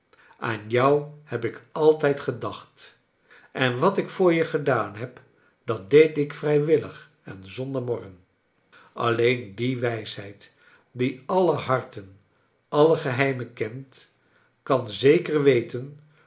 aan jou heb ik altijd gedacht en wat ik voor je gedaan heb dat deed ik vrijwillig en zonder morren alleen die wijsheid die alle harten alle geheimen kent kan zeker weten